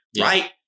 Right